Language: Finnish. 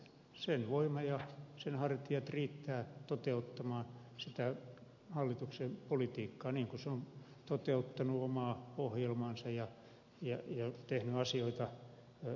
sen voima ja sen hartiat riittävät toteuttamaan sitä hallituksen politiikkaa niin kuin se on toteuttanut omaa ohjelmaansa ja tehnyt asioita ihan oman päänsä mukaan